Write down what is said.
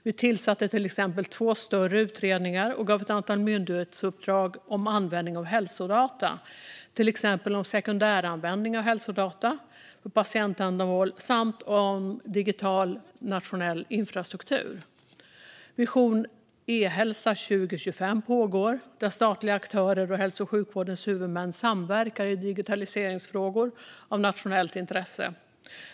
Man tillsatte till exempel två större utredningar och gav ett antal myndighetsuppdrag om användningen av hälsodata, till exempel om sekundäranvändning av hälsodata för patientändamål och om nationell digital infrastruktur. Vision e-hälsa 2025 pågår, där statliga aktörer och hälso och sjukvårdens huvudmän samverkar i digitaliseringsfrågor av nationellt intresse.